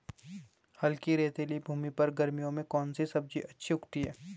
हल्की रेतीली भूमि पर गर्मियों में कौन सी सब्जी अच्छी उगती है?